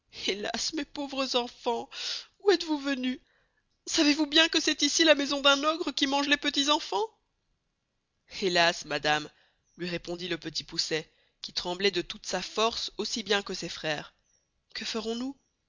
helas mes pauvres enfans où estes vous venus sçavez vous bien que c'est icy la maison d'un ogre qui mange les petits enfants helas madame luy répondit le petit poucet qui trembloit de toute sa force aussi bien que ses freres que ferons-nous